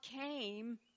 came